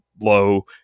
low